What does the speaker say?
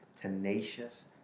tenacious